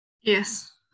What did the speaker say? Yes